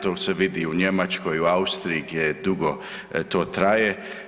To se vidi u Njemačkoj, u Austriji gdje dugo to traje.